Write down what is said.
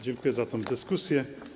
Dziękuję za tę dyskusję.